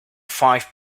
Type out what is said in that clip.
five